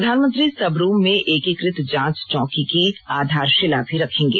प्रधानमंत्री सबरूम में एकीकृत जांच चौकी की आधारशिला भी रखेंगे